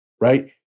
right